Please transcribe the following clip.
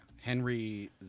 Henry